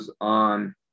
on